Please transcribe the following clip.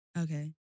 Okay